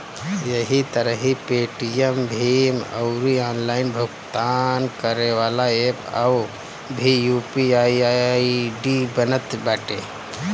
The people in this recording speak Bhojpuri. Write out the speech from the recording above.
एही तरही पेटीएम, भीम अउरी ऑनलाइन भुगतान करेवाला एप्प पअ भी यू.पी.आई आई.डी बनत बाटे